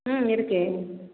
ம் இருக்குது